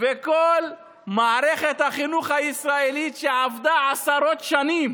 וכל מערכת החינוך הישראלית שעבדה עשרות שנים